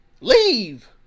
Leave